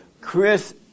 Chris